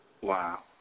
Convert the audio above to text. Wow